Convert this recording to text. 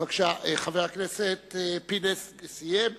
בבקשה, חבר הכנסת פינס סיים.